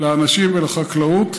לאנשים ולחקלאות.